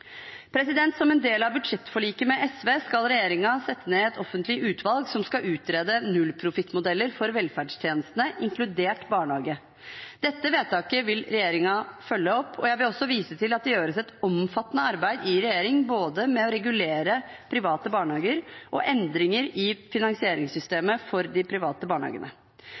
Som en del av budsjettforliket med SV skal regjeringen sette ned et offentlig utvalg som skal utrede nullprofittmodeller for velferdstjenestene, inkludert barnehage. Dette vedtaket vil regjeringen følge opp. Jeg vil også vise til at det gjøres et omfattende arbeid i regjering, både med å regulere private barnehager og med endringer i finansieringssystemet for de private barnehagene.